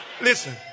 Listen